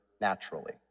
naturally